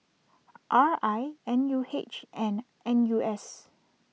R I N U H and N U S